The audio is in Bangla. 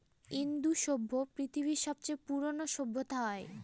ইন্দু সভ্য পৃথিবীর সবচেয়ে পুরোনো সভ্যতা হয়